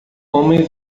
homem